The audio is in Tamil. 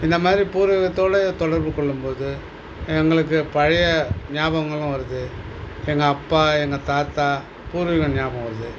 இந்தமாதிரி பூர்வீகத்தோடு தொடர்புக்கொள்ளும்போது எங்களுக்கு பழைய ஞாபகங்களும் வருது எங்கள் அப்பா எங்கள் தாத்தா பூர்வீகம் ஞாபகம் வருது